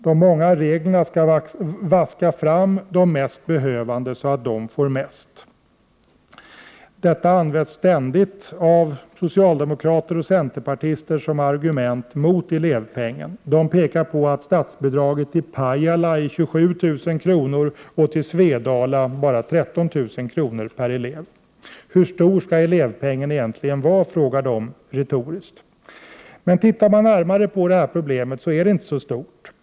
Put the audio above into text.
De många reglerna skall vaska fram de mest behövande så, att de får mest. Detta används ständigt av socialdemokrater och centerpartister som argument mot elevpengen. Man pekar på att statsbidraget till Pajala är 27 000 kr. och till Svedala bara 13 000 kr. per elev. Hur stor skall elevpengen egentligen vara? frågar man retoriskt. Men om man tittar närmare på detta problem finner man att det inte är så stort.